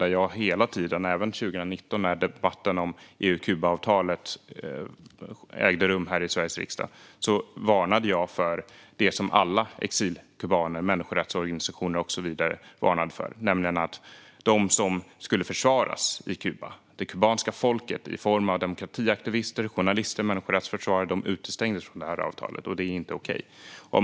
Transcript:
Där har jag hela tiden - även 2019, då debatten om EU-Kuba-avtalet ägde rum i Sveriges riksdag - varnat för det som alla exilkubaner, människorättsorganisationer och så vidare varnade för, nämligen att de som skulle försvaras i Kuba, alltså det kubanska folket i form av demokratiaktivister, journalister och människorättsförsvarare, utestängdes från avtalet. Det är inte okej.